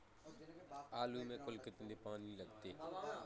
आलू में कुल कितने पानी लगते हैं?